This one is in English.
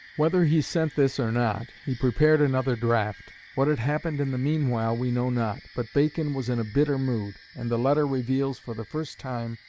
whether he sent this or not, he prepared another draft. what had happened in the mean while we know not, but bacon was in a bitter mood, and the letter reveals, for the first time,